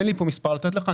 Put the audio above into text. אין לי פה מספר לתת לך.